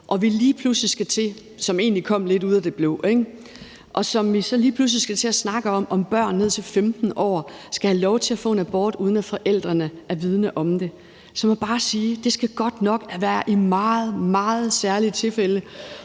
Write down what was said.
og vi lige pludselig skal til – hvad der egentlig kom lidt ud af det blå, ikke – at snakke om, om børn på ned til 15 år skal have lov til at få en abort, uden at forældrene er vidende om det, så må jeg bare sige, at det godt nok skal være i meget, meget særlige tilfælde,